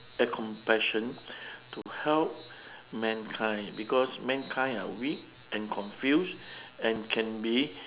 eh compassion to help mankind because mankind are weak and confused and can be